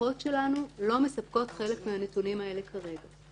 המערכות שלנו לא מספקות חלק מהנתונים האלה כרגע.